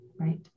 Right